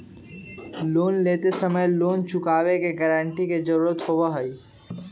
loan लेते समय loan चुकावे के गारंटी के जरुरत होबा हई